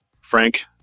Frank